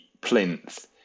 plinth